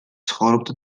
ცხოვრობდა